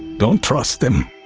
don't trust them.